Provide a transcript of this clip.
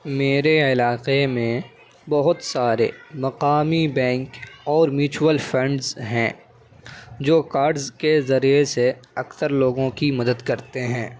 میرے علاقے میں بہت سارے مقامی بینک اور میچول فنڈس ہیں جو کارڈز کے ذریعے سے اکثر لوگوں کی مدد کرتے ہیں